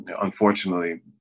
unfortunately